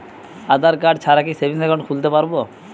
আধারকার্ড ছাড়া কি savings account খুলতে পারব?